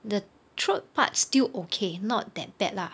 the throat part still okay not that bad lah